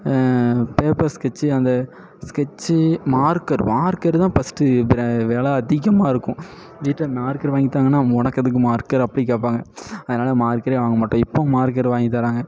paper sketch அந்த sketch marker marker தான் first ப்ர வில அதிகமாக இருக்கும் வீட்டி ல மார்க்கர் வாங்கி தாங்கன்னா உனக்கு எதுக்கு மார்க்கர் அப்படி கேட்பாங்க அதனால மார்க்கரே வாங்க மாட்டோம் இப்போது மார்க்கர் வாங்கி தராங்க